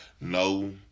no